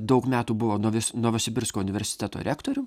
daug metų buvo novis novosibirsko universiteto rektorium